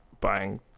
buying